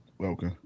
Okay